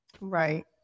Right